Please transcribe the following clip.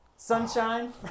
Sunshine